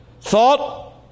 thought